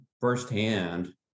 firsthand